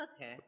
Okay